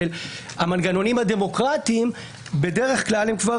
שהמנגנונים הדמוקרטיים בדרך כלל הם לא